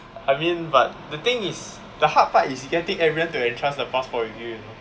I mean but the thing is the hard part is getting everyone to entrust the passport with you